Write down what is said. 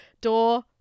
door